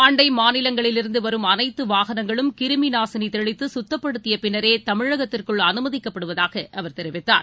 அண்டைமாநிலங்களிலிருந்துவரும் அனைத்துவாகனங்களும் கிருமிநாசினிதெளித்துகத்தப்படுத்தியபின்னரேதமிழகத்திற்குள் அனுமதிக்கப்படுவதாகஅவர் தெரிவித்தார்